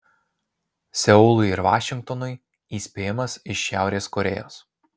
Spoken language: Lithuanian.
seului ir vašingtonui įspėjimas iš šiaurės korėjos